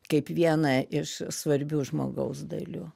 kaip vieną iš svarbių žmogaus dalių